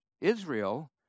Israel